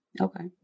Okay